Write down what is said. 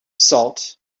salt